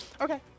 Okay